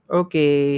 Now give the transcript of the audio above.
okay